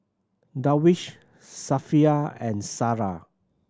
Darwish Safiya and Sarah